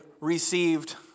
received